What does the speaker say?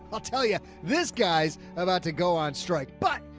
i'll tell you this. guy's about to go on strike, but.